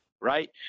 Right